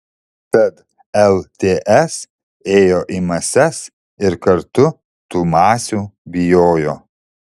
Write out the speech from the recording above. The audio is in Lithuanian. tad lts ėjo į mases ir kartu tų masių bijojo